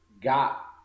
got